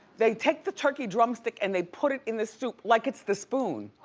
they take the turkey drumstick and they put it in the soup, like it's the spoon.